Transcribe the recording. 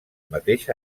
mateix